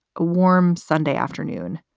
a warm sunday afternoon.